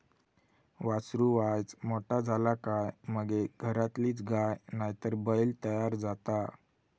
वासरू वायच मोठा झाला काय मगे घरातलीच गाय नायतर बैल तयार जाता